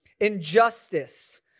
injustice